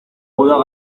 puedo